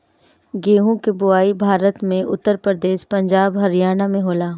गेंहू के बोआई भारत में उत्तर प्रदेश, पंजाब, हरियाणा में होला